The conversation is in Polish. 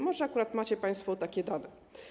Może akurat macie państwo takie dane.